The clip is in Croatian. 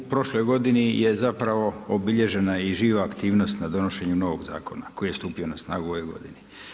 I u prošloj godini je zapravo obilježena i živa aktivnost na donošenju novog zakona koji je stupio na snagu u ovoj godini.